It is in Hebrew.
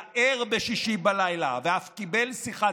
היה ער בשישי בלילה ואף קיבל שיחת